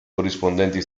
corrispondenti